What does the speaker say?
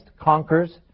conquers